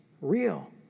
Real